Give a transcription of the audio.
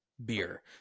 beer